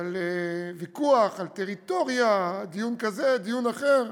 על הוויכוח, על טריטוריה, דיון כזה, דיון אחר.